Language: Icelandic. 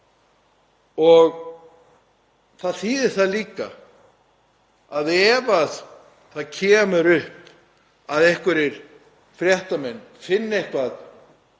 Það þýðir líka að ef það kemur upp að einhverjir fréttamenn finni eitthvað,